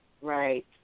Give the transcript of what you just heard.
Right